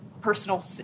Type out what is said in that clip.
personal